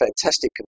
fantastic